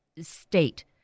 state